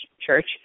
Church